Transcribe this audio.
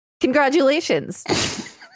Congratulations